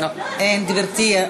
אין, גברתי.